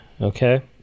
Okay